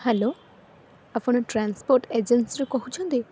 hello ଆପଣ transport ଏଜେନ୍ସିରୁ କହୁଛନ୍ତି